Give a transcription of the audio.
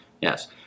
Yes